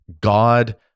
God